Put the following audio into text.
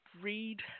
read